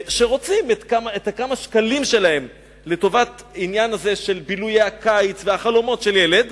שרוצים את הכמה שקלים שלהם לטובת בילויי הקיץ והחלומות של ילד,